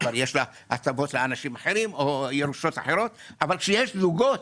כבר יש הטבות לאנשים אחרים או ירושות אחרות אבל כשיש זוגות